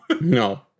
No